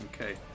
Okay